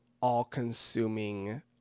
all-consuming